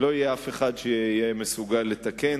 לא יהיה אף אחד שיהיה מסוגל לתקן,